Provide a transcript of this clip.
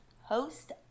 host